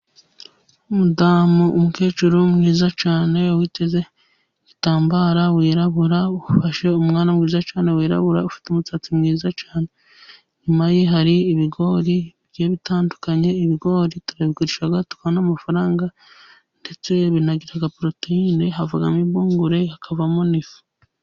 Umukecuru mwiza cyane witeze igitambara wirabura, ufashe umwana mwiza cyana wirabura, ufite umusatsi mwiza cyane. Inyuma ye hari ibigori bitandukanye, ibigori turabigurisha tukabona amafaranga, ndetse binagira poroteyine, havamo imvungure, hakavamo n'ifu.